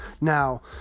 Now